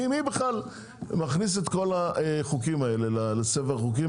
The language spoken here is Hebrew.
מי מכניס את כל החוקים האלה לספר החוקים?